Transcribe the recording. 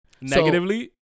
negatively